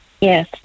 Yes